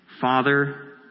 Father